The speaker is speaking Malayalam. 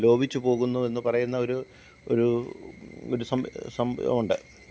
ലോപിച്ച് പോകുന്നു എന്ന് പറയുന്ന ഒരു ഒരു ഒരു സംഭവം ഉണ്ട്